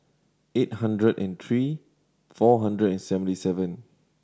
hundred and three four hundred and seventy seven